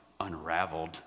unraveled